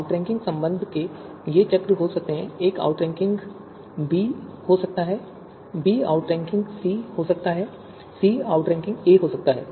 तो आउटरैंकिंग संबंध के ये चक्र हो सकते हैं एक आउटरैंकिंग बी हो सकता है बी आउटरैंकिंग सी हो सकता है और सी आउटरैंकिंग ए हो सकता है